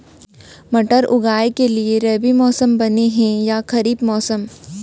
मटर उगाए के लिए रबि मौसम बने हे या खरीफ मौसम?